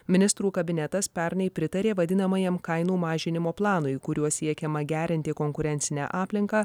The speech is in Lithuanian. ministrų kabinetas pernai pritarė vadinamajam kainų mažinimo planui kuriuo siekiama gerinti konkurencinę aplinką